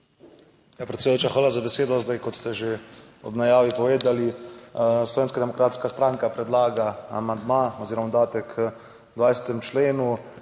Ja, predsedujoča, hvala za besedo. Zdaj kot ste že ob najavi povedali, Slovenska demokratska stranka predlaga amandma oziroma dodatek k 20. členu,